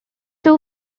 two